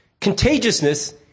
Contagiousness